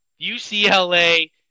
UCLA